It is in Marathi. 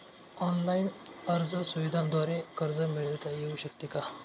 ऑनलाईन अर्ज सुविधांद्वारे कर्ज मिळविता येऊ शकते का?